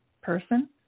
person